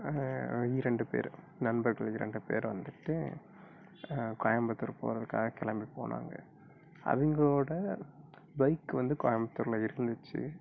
ஆஹாங் இரண்டு பேர் நண்பர்கள் இரண்டு பேர் வந்துட்டு கோயம்புத்தூர் போகிறதுக்காக கிளம்பி போனாங்க அவங்களோட பைக் வந்து கோயம்புத்தூரில் இருந்துச்சு